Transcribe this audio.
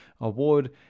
award